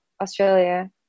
Australia